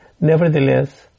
nevertheless